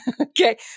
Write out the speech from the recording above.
okay